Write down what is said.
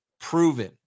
proven